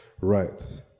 Right